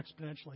exponentially